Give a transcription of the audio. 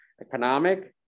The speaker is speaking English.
economic